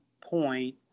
point